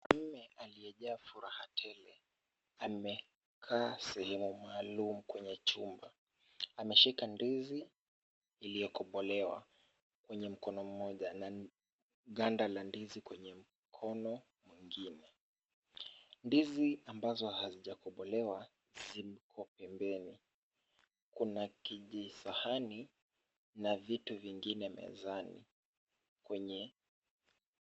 Mwanaume aliyejaa furaha tele, amekaa sehemu maalum kwenye chumba. Ameshika ndizi iliyo kobolewa kwenye mkono mmoja na ganda la ndizi kwenye mkono mwingine. Ndizi ambazo hazijakobolewa ziko pembeni. Kuna kijisahani na vitu vingine mezani.